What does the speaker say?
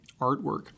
artwork